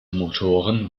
motoren